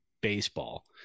baseball